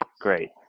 Great